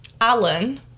Alan